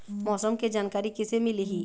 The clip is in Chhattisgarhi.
मौसम के जानकारी किसे मिलही?